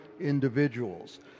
individuals